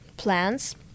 plans